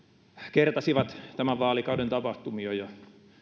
kertasivat tämän vaalikauden tapahtumia ja